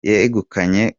yegukanye